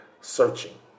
searching